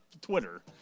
Twitter